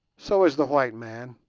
so is the white man,